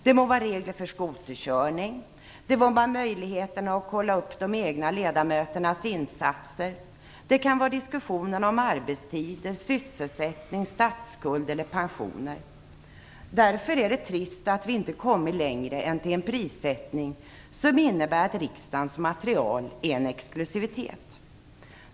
Det må vara regler för scooterkörning, möjligheten till kontroll av de egna ledamöternas insatser, diskussionerna om arbetstider, sysselsättning, statsskuld eller pensioner. Därför är det trist att vi inte kommit längre än till en prissättning som innebär att riksdagens material är en exklusivitet.